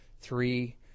three